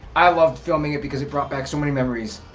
i loved filming it because it brought back so many memories.